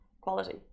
quality